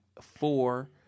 Four